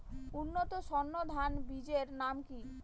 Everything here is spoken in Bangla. উন্নত সর্ন ধান বীজের নাম কি?